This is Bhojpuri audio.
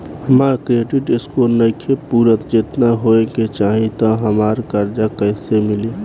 हमार क्रेडिट स्कोर नईखे पूरत जेतना होए के चाही त हमरा कर्जा कैसे मिली?